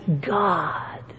God